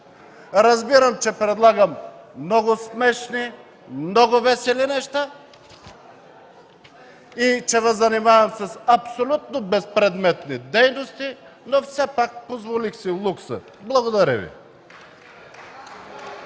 Разбирам, че предлагам много смешни, много весели неща и Ви занимавам с абсолютно безпредметни дейности, но все пак позволих си лукса. Благодаря Ви.